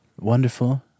wonderful